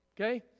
okay